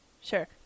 Sure